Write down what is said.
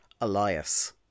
Elias